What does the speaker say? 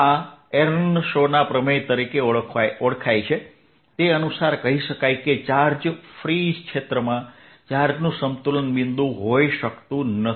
આ એર્નશોના પ્રમેય તરીકે ઓળખાય છે તે અનુસાર કહી શકાય કે ચાર્જ મુક્ત ક્ષેત્રમાં ચાર્જનું સંતુલન બિંદુ હોઈ શકતું નથી